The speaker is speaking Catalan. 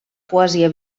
poesia